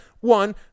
one